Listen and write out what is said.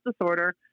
disorder